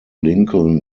lincoln